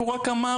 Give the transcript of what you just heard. הוא רק אמר,